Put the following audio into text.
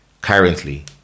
currently